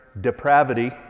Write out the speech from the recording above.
depravity